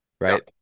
Right